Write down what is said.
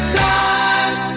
time